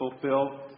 fulfill